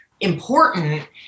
important